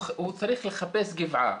הוא צריך לחפש גבעה.